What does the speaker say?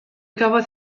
gafodd